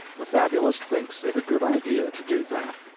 the fabulist thinks it a good idea to do that.